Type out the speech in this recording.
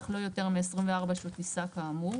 אך לא יותר מ-24 שעות טיסה כאמור,